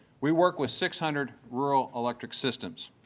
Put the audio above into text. we work with six hundred rural electric systems.